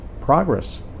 progress